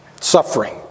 suffering